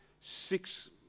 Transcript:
six